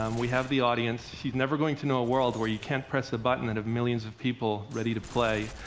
um we have the audience. she's never going to know a world where you can't press a button and have millions of people ready to play.